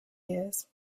years